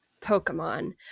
pokemon